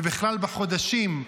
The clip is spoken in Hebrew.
ובכלל בחודשים,